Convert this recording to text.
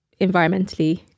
environmentally